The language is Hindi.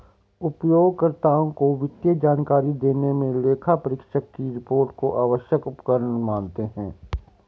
उपयोगकर्ताओं को वित्तीय जानकारी देने मे लेखापरीक्षक की रिपोर्ट को आवश्यक उपकरण मानते हैं